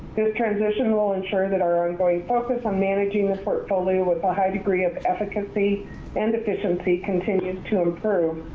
this transition will ensure that our ongoing focus on managing the portfolio with a high degree of efficacy and efficiency continues to improve,